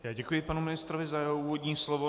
Já děkuji panu ministrovi za jeho úvodní slovo.